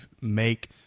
make